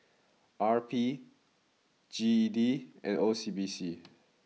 R P G E D and O C B C